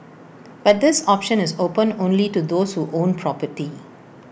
but this option is open only to those who own property